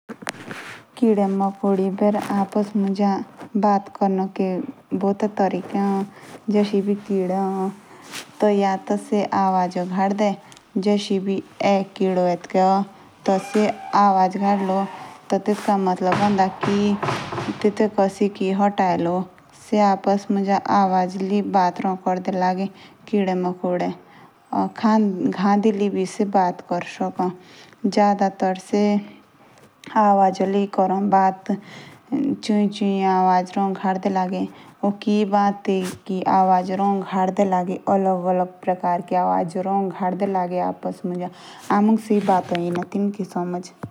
किदे मोकोडे बेर अप्स मुझसे बात करो के। बहुते तारिके अलग अलग ए। तो फिर से आवाज गड़ दे। टी जो से आवाज गडलो टी टेस्का मतलब ए। की जे टेसिक टाइड अताई ला। एसईओ एपीएस मुझ बात रो क्रडे लागे। से चुई चुई आवाज रो गाड़ दे लागे।